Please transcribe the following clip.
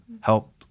help